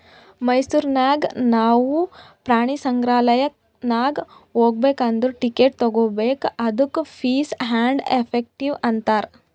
ಮೈಸೂರ್ ನಾಗ್ ನಾವು ಪ್ರಾಣಿ ಸಂಗ್ರಾಲಯ್ ನಾಗ್ ಹೋಗ್ಬೇಕ್ ಅಂದುರ್ ಟಿಕೆಟ್ ತಗೋಬೇಕ್ ಅದ್ದುಕ ಫೀಸ್ ಆ್ಯಂಡ್ ಎಫೆಕ್ಟಿವ್ ಅಂತಾರ್